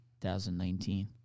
2019